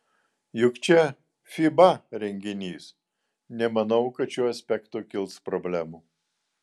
juk čia fiba renginys nemanau kad šiuo aspektu kils problemų